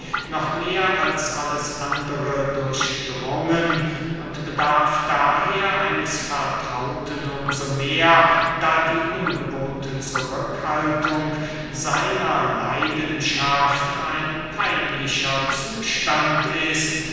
noch mehr als andere durchdrungen und bedarf daher eines vertrauten um so mehr da die ungewohnte zurückhaltung seiner leidenschaft ein peinlicher zustand ist